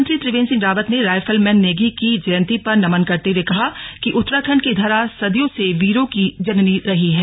मुख्यमंत्री त्रिवेंद्र सिंह रावत ने rifleman Negi की जयंती पर नमन करते हुए कहा कि उत्तराखंड की धरा सदियों से वीरों की जननी रही है